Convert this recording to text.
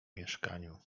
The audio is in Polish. mieszkaniu